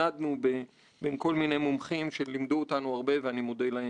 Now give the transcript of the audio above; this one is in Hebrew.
רחב גם במבט רחב יותר אקטואלי אבל גם במבט רחב יותר היסטורי.